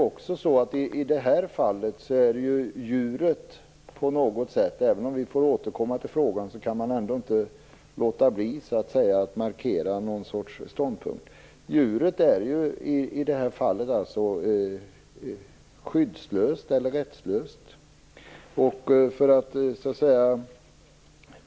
I det här fallet kan man, även om vi får återkomma till frågan, ändå inte låta bli att markera någon sorts synpunkt. Djuret är ju i det här fallet skyddslöst eller rättslöst.